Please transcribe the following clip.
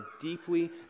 deeply